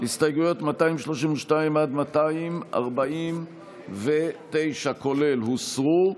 הסתייגויות 232 עד 249, כולל, הוסרו.